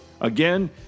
Again